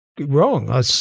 wrong